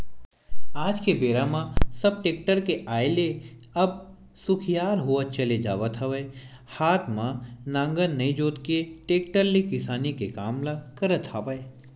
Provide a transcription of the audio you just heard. आज के बेरा म सब टेक्टर के आय ले अब सुखियार होवत चले जावत हवय हात म नांगर नइ जोंत के टेक्टर ले किसानी के काम ल करत हवय